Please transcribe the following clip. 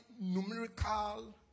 numerical